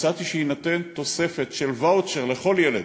הצעתי שתינתן תוספת של ואוצ'ר לכל ילד,